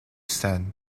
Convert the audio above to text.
sten